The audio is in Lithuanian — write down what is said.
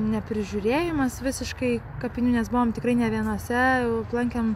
neprižiūrėjimas visiškai kapinių nes buvom tikrai ne vienose aplankėm